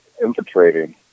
infiltrating